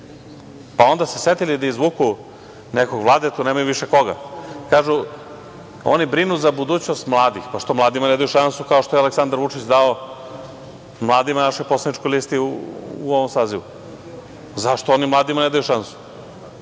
su se setili da izvuku nekog Vladetu, nemaju više koga. Kažu – oni brinu za budućnost mladih. Pa, što mladima ne daju šansu kao što je Aleksandar Vučić dao mladima na našoj poslaničkoj listi u ovom sazivu? Zašto oni mladima ne daju šansu?